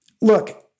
Look